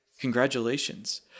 Congratulations